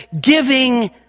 giving